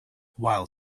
while